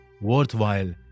worthwhile